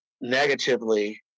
negatively